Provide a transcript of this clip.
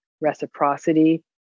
reciprocity